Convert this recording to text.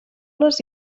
les